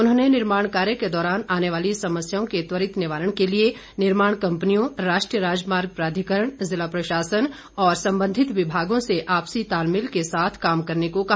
उन्होंने निर्माण कार्य के दौरान आने वाली समस्याओं के त्वरित निवारण के लिए निर्माण कंपनियों राष्ट्रीय राजमार्ग प्राधिकरण ज़िला प्रशासन और संबंधित विभागों से आपसी तालमेल के साथ काम करने को कहा